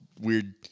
weird